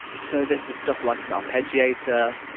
so this is stuff like an arpeggiator,